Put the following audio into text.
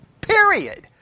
period